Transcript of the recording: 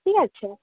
ঠিক আছে